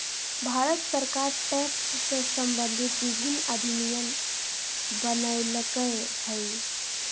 भारत सरकार टैक्स से सम्बंधित विभिन्न अधिनियम बनयलकय हइ